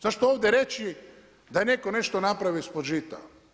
Zašto ovdje reći da je netko nešto napravio ispod žita.